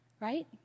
right